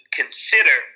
consider